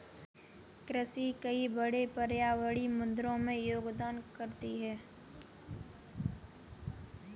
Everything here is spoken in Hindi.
कृषि कई बड़े पर्यावरणीय मुद्दों में योगदान करती है